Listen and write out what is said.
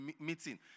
meeting